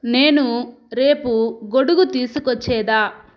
నేను రేపు గొడుగు తీసుకొచ్చేదా